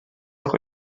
auch